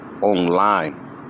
online